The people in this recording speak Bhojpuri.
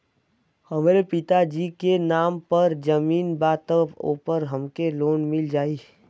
हमरे पिता जी के नाम पर जमीन बा त ओपर हमके लोन मिल जाई?